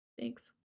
Thanks